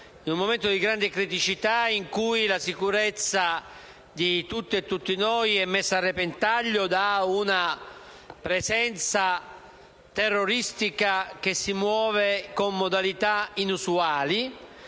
di emergenza e di grande criticità, in cui la sicurezza di tutti noi è messa a repentaglio da una presenza terroristica che si muove con modalità inusuali.